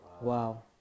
Wow